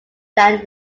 than